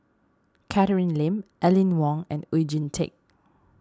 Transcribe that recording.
Catherine Lim Aline Wong and Oon Jin Teik